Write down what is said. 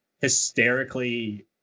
hysterically